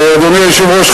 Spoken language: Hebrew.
אדוני היושב-ראש,